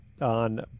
On